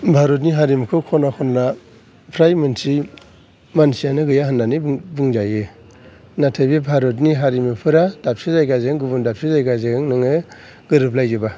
भारतनि हारिमुखौ ख'ना खनला फ्राय मिथियै मानसिआनो गैया होननानै बुं बुंजायो नाथाय बे भारतनि हारिमुफ्रा दाबसे जायगाजों गुबुन दाबसे जायगाजों नोङो गोरोबलायजोबा